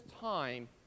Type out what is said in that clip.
time